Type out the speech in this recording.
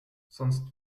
sonst